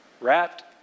wrapped